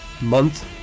month